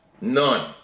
none